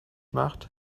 macht